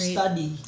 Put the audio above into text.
Study